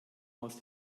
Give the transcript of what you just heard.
aus